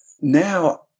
now